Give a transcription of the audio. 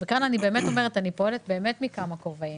ואני פועלת באמת מכמה כובעים.